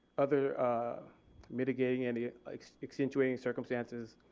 other mitigating and extenuating circumstances